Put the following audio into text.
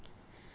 uh